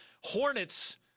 Hornets